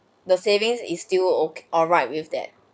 the savings is still okay all right with that